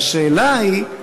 והשאלה היא,